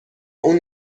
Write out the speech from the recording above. اون